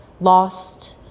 lost